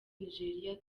nigeria